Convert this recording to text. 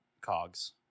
cogs